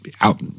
out